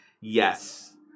Yes